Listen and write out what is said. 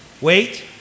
wait